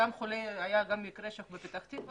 היה בפתח-תקווה